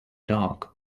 dark